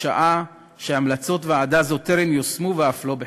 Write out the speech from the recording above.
שעה שהמלצות ועדה זו טרם יושמו, ואף לא בחלקן.